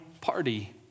party